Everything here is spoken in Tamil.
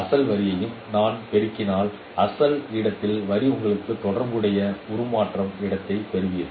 அசல் வரியுடன் நான் பெருக்கினால் அசல் இடத்தில் வரி உங்களுக்கு தொடர்புடைய உருமாறும் இடத்தைப் பெறுவீர்கள்